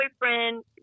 boyfriend